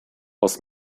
aus